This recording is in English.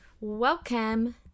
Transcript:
Welcome